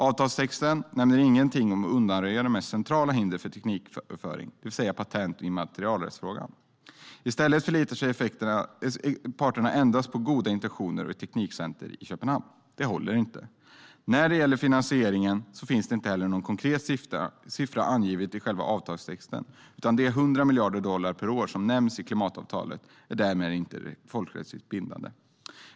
Avtalstexten nämner inget om att undanröja det mest centrala hindret för tekniköverföringen, det vill säga patent och immaterialrätt. I stället förlitar parterna sig endast på goda intentioner och teknikcentret i Köpenhamn. Det håller inte. När det gäller finansiering finns det ingen konkret siffra angiven i själva avtalstexten, och de 100 miljarder dollar per år som nämns i klimatavtalet är därmed inte folkrättsligt bindande.